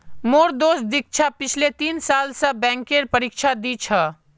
मोर दोस्त दीक्षा पिछले तीन साल स बैंकेर परीक्षा दी छ